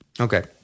Okay